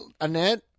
Annette